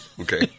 Okay